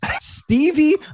Stevie